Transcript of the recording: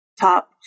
top